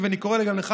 ואני קורא גם לך,